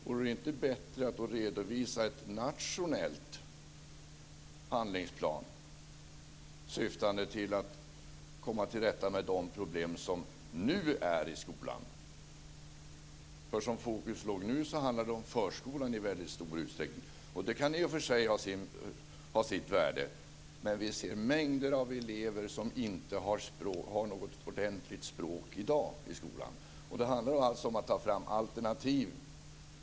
Vore det inte bättre att då redovisa en nationell handlingsplan syftande till att komma till rätta med de problem som nu finns i skolan? Nu fokuserade statsrådet i mycket stor utsträckning på förskolan, och det kan i och för sig ha sitt värde. Men vi ser mängder av elever som inte har något ordentligt språk i dag i skolan. Det handlar då om att ta fram alternativ.